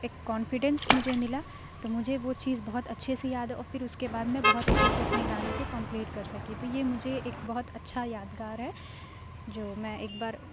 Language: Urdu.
ایک کانفیڈنس مجھے ملا تو مجھے وہ چیز بہت اچھے سے یاد ہے اور پھر اس کے بعد میں بہت اچھے سے اپنے گانے کو کمپلیٹ کر سکی تو یہ مجھے ایک بہت اچھا یادگار ہے جو میں ایک بار